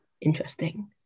interesting